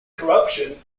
corruption